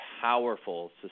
powerful